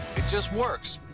it just works.